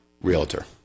realtor